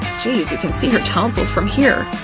geez, you can see her tonsils from here.